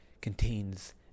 contains